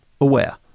aware